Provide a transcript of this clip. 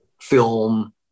film